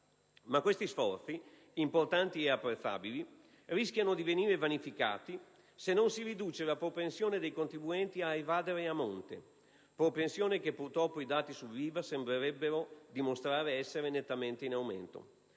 tali sforzi, importanti e apprezzabili, rischiano di venire vanificati, se non si riduce la propensione dei contribuenti a evadere a monte; propensione che purtroppo i dati sull'IVA sembrerebbero dimostrare essere nettamente in aumento.